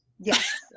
Yes